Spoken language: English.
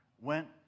went